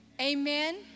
Amen